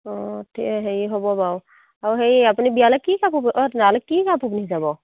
অঁ ঠি হেৰি হ'ব বাৰু আৰু হেৰি আপুনি বিয়ালৈ কি কাপোৰ ইয়ালৈ কি কাপোৰ পিন্ধি যাব